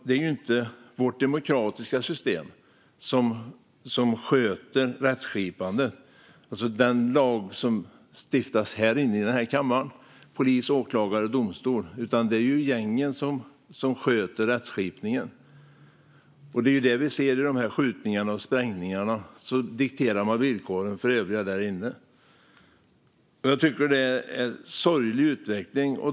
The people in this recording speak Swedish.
Det är inte vårt demokratiska system som sköter rättskipningen, alltså den lag som stiftas i denna kammare, polis, åklagare och domstol, utan det är gängen som sköter rättskipningen. Det är det vi ser i fråga om skjutningarna och sprängningarna. Man dikterar villkoren för övriga där. Jag tycker att det är en sorglig utveckling.